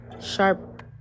sharp